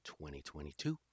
2022